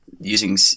using